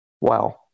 Wow